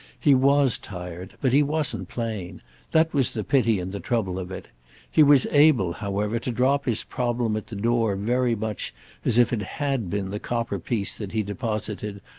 he was tired but he wasn't plain that was the pity and the trouble of it he was able, however, to drop his problem at the door very much as if it had been the copper piece that he deposited,